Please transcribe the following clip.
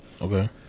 Okay